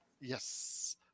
Yes